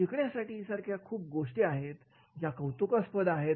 शिकण्यासारख्या खूप गोष्टी आहेत ज्या लाभदायीआहेत